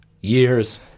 years